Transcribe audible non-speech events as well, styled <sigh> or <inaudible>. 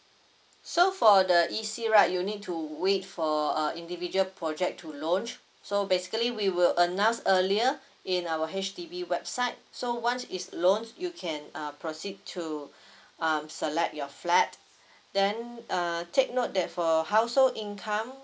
so for the E_C_ right you need to wait for uh individual project to launch so basically we will announce earlier <breath> in our H_D_B website so once it's launch you can uh proceed to <breath> um select your flat <breath> then uh take note that for household income